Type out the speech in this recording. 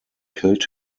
killed